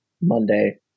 Monday